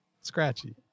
scratchy